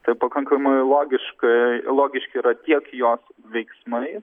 tai pakankamai logiškai logiški yra tiek jos veiksmai